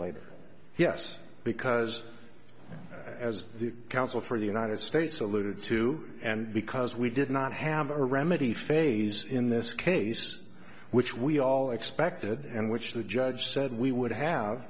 later yes because as the counsel for the united states alluded to and because we did not have a remedy phase in this case which we all expected and which the judge said we would have